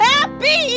Happy